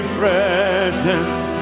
presence